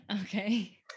Okay